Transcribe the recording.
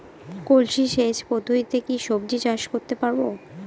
কলসি সেচ পদ্ধতিতে কি সবজি চাষ করতে পারব?